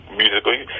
musically